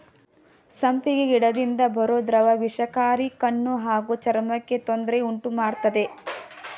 ಸಂಪಿಗೆ ಗಿಡದಿಂದ ಬರೋ ದ್ರವ ವಿಷಕಾರಿ ಕಣ್ಣು ಹಾಗೂ ಚರ್ಮಕ್ಕೆ ತೊಂದ್ರೆ ಉಂಟುಮಾಡ್ತದೆ